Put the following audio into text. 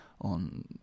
on